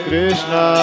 Krishna